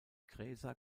gräser